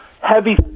heavy